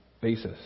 basis